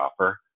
offer